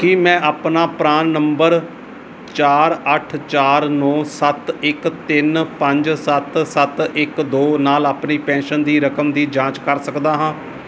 ਕੀ ਮੈਂ ਆਪਣਾ PRAN number ਚਾਰ ਅੱਠ ਚਾਰ ਨੌ ਸੱਤ ਇੱਕ ਤਿੰਨ ਪੰਜ ਸੱਤ ਸੱਤ ਇੱਕ ਦੋ ਨਾਲ ਆਪਣੀ ਪੈਨਸ਼ਨ ਦੀ ਰਕਮ ਦੀ ਜਾਂਚ ਕਰ ਸਕਦਾ ਹਾਂ